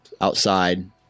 outside